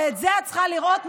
ואת זה את צריכה לראות,